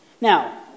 Now